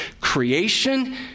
creation